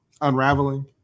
unraveling